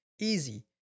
Easy